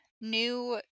new